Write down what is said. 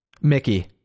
Mickey